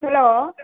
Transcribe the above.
hello